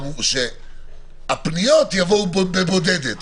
הפניות יבואו בבודדת.